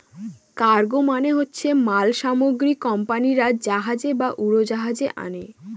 cargo মানে হচ্ছে মাল সামগ্রী কোম্পানিরা জাহাজে বা উড়োজাহাজে আনে